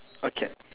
okay